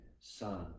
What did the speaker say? son